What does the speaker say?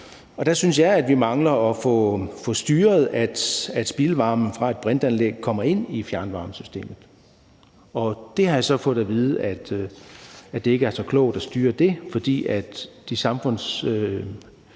Der synes jeg, at vi mangler at få styret, at spildvarmen fra et brintanlæg kommer ind i fjernvarmesystemet. Jeg har så fået at vide, at det ikke er så klogt at styre det, fordi de samfundsøkonomiske